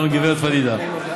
גם לגברת פדידה.